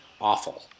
awful